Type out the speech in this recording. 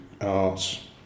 arts